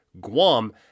Guam